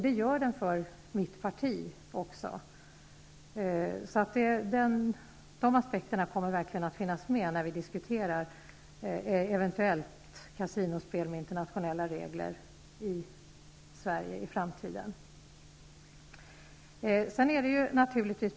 De sociala aspekterna väger också mycket tungt för mitt parti, och de kommer därför verkligen att finnas med när vi diskuterar ett eventuellt kasinospel med internationella regler i Sverige i framtiden.